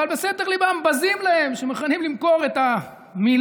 אבל בסתר ליבם בזים להם שהם מוכנים למכור את המילה,